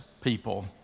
people